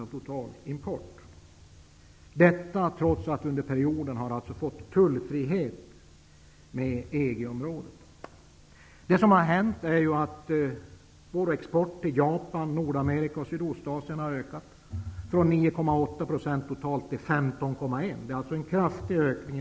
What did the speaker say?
Detta har skett trots att vi under perioden har fått tullfrihet gentemot EG Vår export till Japan, Nordamerika och Sydostasien har ökat från 9,8 % till 15,1 %. Det är således fråga om en kraftig ökning.